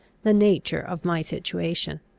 the nature of my situation.